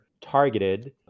targeted